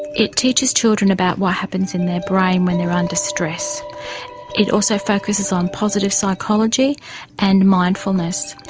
it teaches children about what happens in their brain when they are under stress it also focuses on positive psychology and mindfulness.